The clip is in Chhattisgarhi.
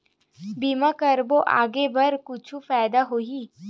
बीमा करबो आगे बर कुछु फ़ायदा होही?